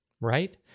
right